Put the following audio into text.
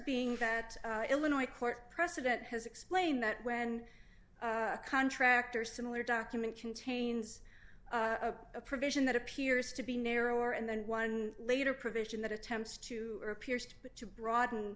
being that illinois court precedent has explained that when a contract or similar document contains a provision that appears to be narrower and then one later provision that attempts to appears to broaden